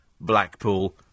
Blackpool